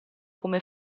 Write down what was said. come